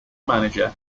manager